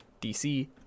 DC